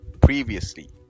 previously